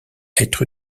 être